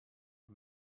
are